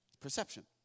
Perception